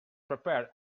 prepared